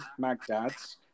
Magdads